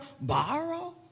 borrow